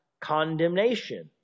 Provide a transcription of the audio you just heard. condemnation